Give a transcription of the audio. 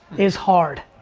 is hard.